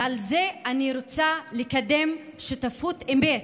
ועל זה אני רוצה לקדם שותפות אמת,